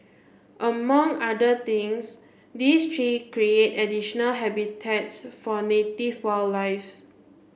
among other things these tree create additional habitats for native wildlife's